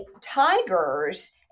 Tigers